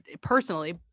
personally